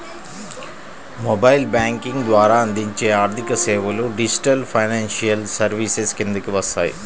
mobile banking ద్వారా అందించే ఆర్థికసేవలు డిజిటల్ ఫైనాన్షియల్ సర్వీసెస్ కిందకే వస్తాయి